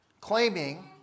claiming